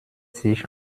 sich